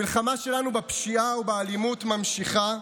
המלחמה שלנו בפשיעה ובאלימות נמשכת.